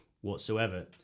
whatsoever